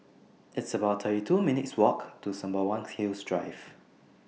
It's about thirty two minutes' Walk to Sembawang Hills Drive